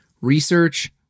Research